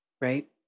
right